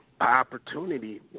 opportunity